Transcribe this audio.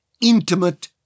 intimate